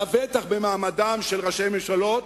לבטח במעמדם של ראשי ממשלות,